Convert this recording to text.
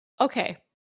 okay